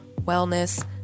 wellness